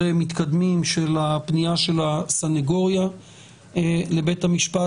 מתקדמים של הפנייה של הסנגוריה לבית המשפט.